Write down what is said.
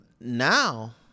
now